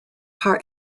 par